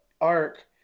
arc